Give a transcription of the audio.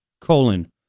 colon